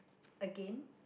again